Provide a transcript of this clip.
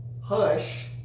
hush